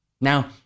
Now